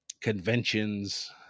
conventions